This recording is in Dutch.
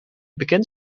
bekend